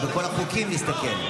אז בכל החוקים נסתכן.